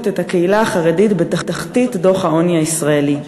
את הקהילה החרדית בתחתית דוח העוני הישראלי.